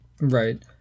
Right